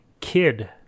Kid